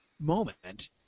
moment